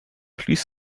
please